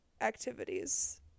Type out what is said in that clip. activities